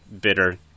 bitter